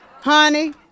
Honey